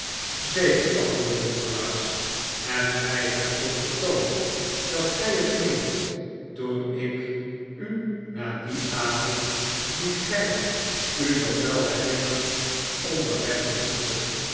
zeker antwoordde nikolaas en gij hebt ook getoond dat gij het meent toen ik u na dien avond dien gij u nog wel herinnert onderweg ontmoette